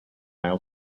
isle